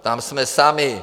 Tam jsme sami.